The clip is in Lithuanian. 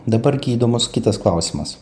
dabar gi įdomus kitas klausimas